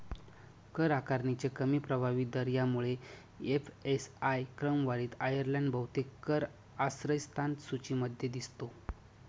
कर आकारणीचे कमी प्रभावी दर यामुळे एफ.एस.आय क्रमवारीत आयर्लंड बहुतेक कर आश्रयस्थान सूचीमध्ये दिसतो